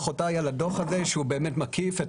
ברכותיי על הדוח הזה שהוא באמת מקיף,